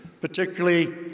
particularly